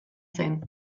zen